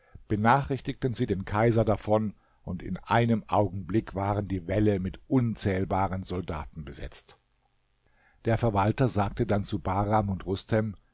benachrichtigten sie den kaiser davon und in einem augenblick waren die wälle mit unzählbaren soldaten besetzt der verwalter sagte dann zu bahram und rustem